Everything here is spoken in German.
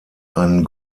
einen